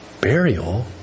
Burial